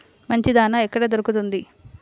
మంచి దాణా ఎక్కడ దొరుకుతుంది?